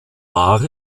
wahr